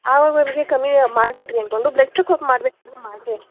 ಆವಾಗ ಕಮ್ಮಿ ಮಾಡಿಬಿಟ್ರಿ ಅಂದ್ಕೊಂಡು ಬ್ಲೆಡ್ ಚಕಪ್ ಮಾಡ್ಬೇಕಿತ್ತು ಮಾಡಿದೆ